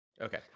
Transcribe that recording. okay